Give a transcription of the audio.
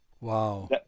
Wow